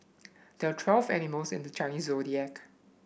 there are twelve animals in the Chinese Zodiac